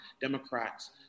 Democrats